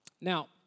Now